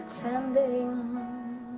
pretending